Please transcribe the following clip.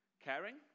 Caring